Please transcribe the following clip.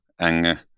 anger